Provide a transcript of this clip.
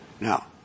Now